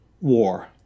war